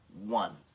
one